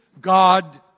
God